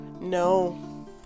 No